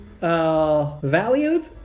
valued